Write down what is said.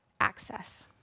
access